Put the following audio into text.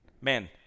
Man